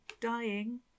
dying